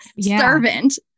servant